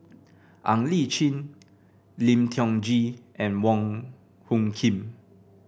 Ng Li Chin Lim Tiong Ghee and Wong Hung Khim